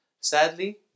Sadly